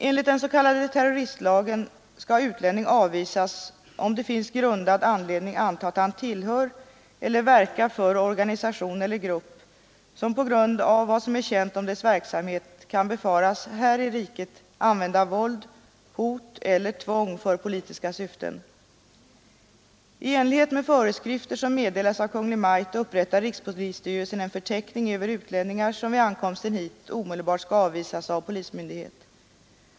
Enligt den s.k. terroristlagen skall utlänning avvisas om det finns grundad anledning anta att han tillhör eller verkar för organisation eller grupp som på grund av vad som är känt om dess verksamhet kan befaras här i riket använda våld, hot eller tvång för politiska syften. I enlighet med föreskrifter som meddelas av Kungl. Maj:t upprättar rikspolisstyrelsen en förteckning över utlänningar som vid ankomsten hit omedelbart skall avvisas av polismyndighet.